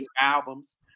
albums